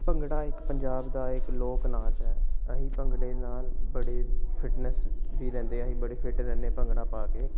ਭੰਗੜਾ ਇੱਕ ਪੰਜਾਬ ਦਾ ਇੱਕ ਲੋਕ ਨਾਚ ਹੈ ਅਸੀਂ ਭੰਗੜੇ ਨਾਲ ਬੜੇ ਫਿਟਨੈਸ ਵੀ ਰਹਿੰਦੇ ਹਾਂ ਬੜੇ ਫਿੱਟ ਰਹਿੰਦੇ ਭੰਗੜਾ ਪਾ ਕੇ